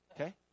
Okay